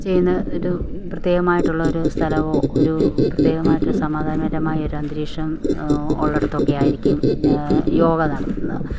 ചെയ്യുന്ന ഒരു പ്രത്യേകമായിട്ടുള്ളൊരു സ്ഥലമോ ഒരൂ പ്രത്യേകമായിട്ടു സമാധാനപരമായൊരന്തരീക്ഷം ഉള്ളയിടത്തൊക്കെയായിരിക്കും യോഗ നടത്തുന്നത്